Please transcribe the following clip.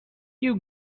you